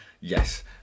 yes